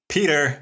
Peter